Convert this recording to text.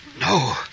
No